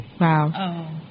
Wow